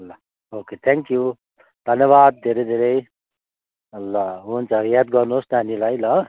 ल okay thank you धन्यवाद धेरै धेरै ल हुन्छ याद गर्नुहोस् नानीलाई ल